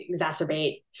exacerbate